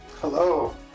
Hello